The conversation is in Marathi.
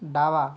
डावा